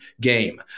game